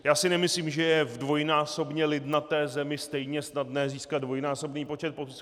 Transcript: Já si nemyslím, že je v dvojnásobně lidnaté zemi stejně snadné získat dvojnásobný počet podpisů.